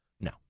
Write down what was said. No